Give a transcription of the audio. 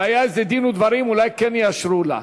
והיה על זה דין ודברים אולי כן יאשרו לה.